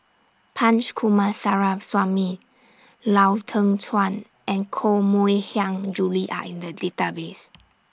Punch Coomaraswamy Lau Teng Chuan and Koh Mui Hiang Julie Are in The Database